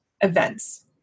events